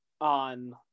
on